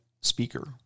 speaker